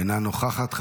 אינה נוכחת.